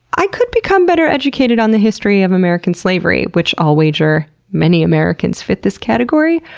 i could become better educated on the history of american slavery, which i'll wager many americans fit this category.